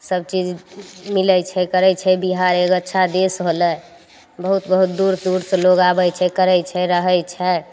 सबचीज मिलय छै करय छै बिहार एक अच्छा देश होलय बहुत बहुत दूर दूरसँ लोग आबय छै करय छै रहय छै